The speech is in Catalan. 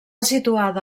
situada